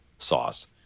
sauce